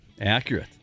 Accurate